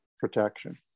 protection